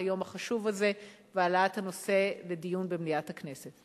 היום החשוב הזה ועל העלאת הנושא לדיון במליאת הכנסת.